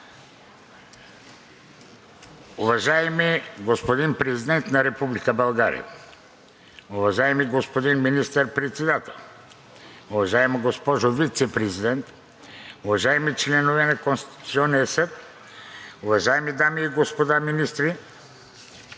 Уважаеми господин Президент на Република България, уважаеми господин Министър-председател, уважаема госпожо Вицепрезидент, уважаеми членове на Конституционния съд, уважаеми дами и господа министри,